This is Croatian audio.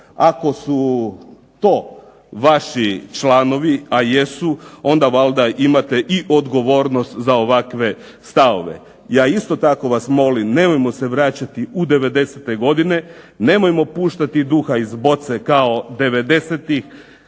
Ako su to vaši članovi, a jesu, onda valjda imate i odgovornost za ovakve stavove. Ja isto tako vas molim nemojmo se vraćati u '90-te godine, nemojmo puštati duha iz boce kao '90-ih